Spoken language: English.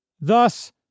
Thus